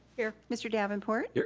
here. mr. davenport. here.